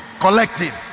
collective